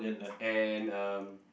and um